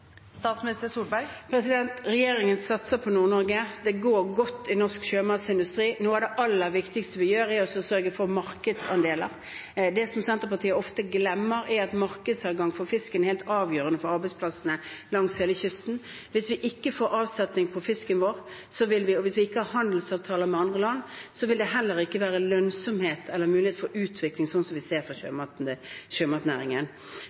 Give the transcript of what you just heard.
Regjeringen satser på Nord-Norge. Det går godt i norsk sjømatsindustri. Noe av det aller viktigste vi gjør, er å sørge for markedsandeler. Det som Senterpartiet ofte glemmer, er at markedsadgang for fisk er helt avgjørende for arbeidsplassene langs hele kysten. Hvis vi ikke får avsetning på fisken vår, og hvis vi ikke har handelsavtaler med andre land, vil det heller ikke være lønnsomhet eller mulighet for utvikling, som vi ser for sjømatnæringen.